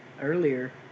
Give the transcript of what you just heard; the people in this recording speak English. earlier